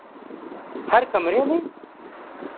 हर कमरे में